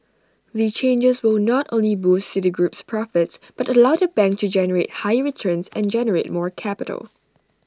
the changes will not only boost Citigroup's profits but allow the bank to generate higher returns and generate more capital